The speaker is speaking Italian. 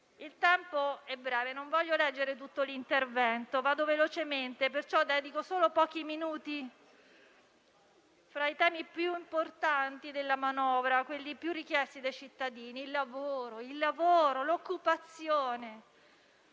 è breve e non voglio leggere tutto il mio intervento. Vado velocemente e perciò dedico solo pochi minuti ai temi più importanti della manovra, quelli più richiesti dai cittadini: il lavoro e l'occupazione.